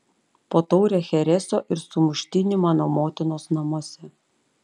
po taurę chereso ir sumuštinį mano motinos namuose